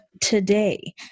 today